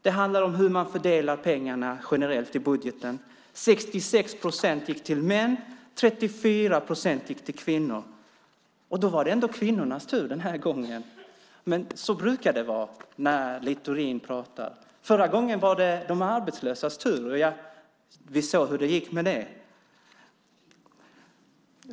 Det handlar om hur man fördelar pengarna generellt i budgeten. 66 procent gick till män, och 34 procent gick till kvinnor. Och då var det ändå kvinnornas tur den här gången. Men så brukar det vara när Littorin pratar. Förra gången var det de arbetslösas tur, och vi såg hur det gick med det.